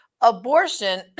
abortion